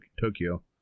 Tokyo